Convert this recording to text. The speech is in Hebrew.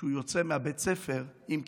כשהוא יוצא מבית הספר עם כיפה,